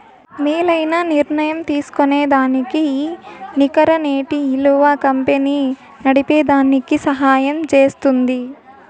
మేలైన నిర్ణయం తీస్కోనేదానికి ఈ నికర నేటి ఇలువ కంపెనీ నడిపేదానికి సహయం జేస్తుంది